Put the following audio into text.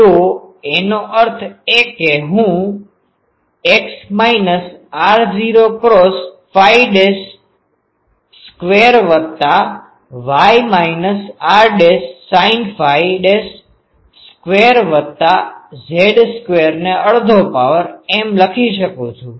તો એનો અર્થ એ કે હું x r0cos 2y rsin 2z212x minus r0 cos phi dash square વત્તા y minus r dash sine phi dash square વત્તા Z સ્ક્વેરને અડધો પાવરએમ લખી શકું છું